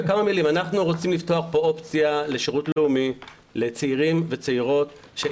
אנחנו רוצים לפתוח פה אופציה לשירות לאומי לצעירים ולצעירות.